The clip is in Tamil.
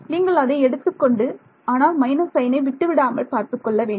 நீங்கள் அதை எடுத்துக்கொண்டு ஆனால் மைனஸ் சைனை விட்டு விடாமல் பார்த்துக் கொள்ள வேண்டும்